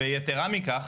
יתרה מכך,